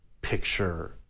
picture